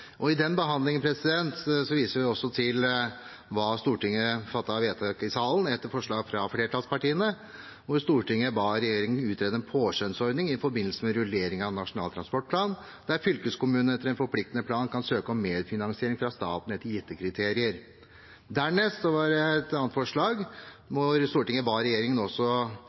forbindelse med den behandlingen fattet vedtak i salen, etter forslag fra flertallspartiene, hvor Stortinget ba regjeringen utrede en påskjønnsordning i forbindelse med rullering av Nasjonal transportplan, der fylkeskommunene etter en forpliktende plan kan søke om merfinansiering fra staten etter gitte kriterier. Dernest var det et annet forslag hvor Stortinget, i forbindelse med rullering av Nasjonal transportplan, ba regjeringen